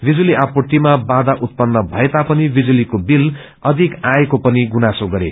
विजूली आपूर्तिमा बाधा उत्पान्न भएता पनि वितूलीको वील अधिक आएको पनि गुनासो गरे